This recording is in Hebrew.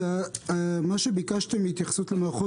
מה שביקשתם בפברואר 20' בהתייחסות למערכות